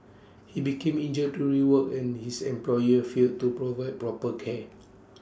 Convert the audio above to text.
he became injured during work and his employer failed to provide proper care